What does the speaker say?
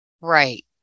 Right